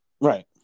Right